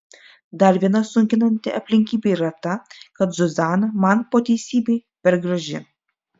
dar viena sunkinanti aplinkybė yra ta kad zuzana man po teisybei per graži